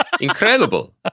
Incredible